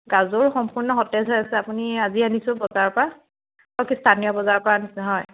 গাজৰো সম্পূৰ্ণ সতেজ হৈ আছে আপুনি আজি আনিছোঁ বজাৰৰ পৰা স্থানীয় বজাৰৰ পৰা আনিছোঁ হয়